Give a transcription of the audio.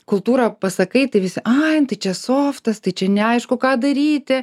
kultūra pasakai tai visi ai nu tai čia softas tai čia neaišku ką daryti